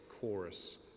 chorus